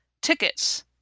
tickets